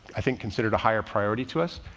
i think considered a higher priority to us.